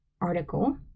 article